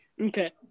Okay